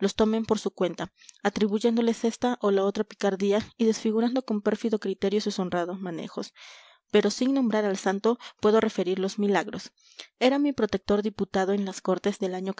los tomen por su cuenta atribuyéndoles esta o la otra picardía y desfigurando con pérfido criterio sus honrados manejos pero sin nombrar al santo puedo referir los milagros era mi protector diputado en las cortes del año